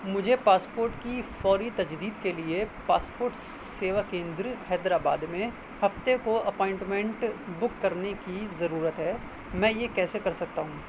مجھے پاسپورٹ کی فوری تجدید کے لیے پاسپورٹ سیوا کیندر حیدرآباد میں ہفتے کو اپائنٹمنٹ بک کرنے کی ضرورت ہے میں یہ کیسے کر سکتا ہوں